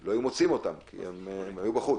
לא היו מוצאים אותם, הם היו בחוץ.